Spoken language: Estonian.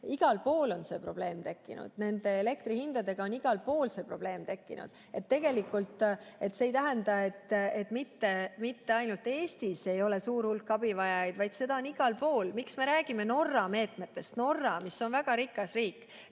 Igal pool on see probleem tekkinud. Nende elektrihindadega on igal pool probleem tekkinud. See tähendab, et mitte ainult Eestis ei ole suur hulk abivajajaid, vaid nii on igal pool. Miks me räägime Norra meetmetest? Norra on väga rikas riik.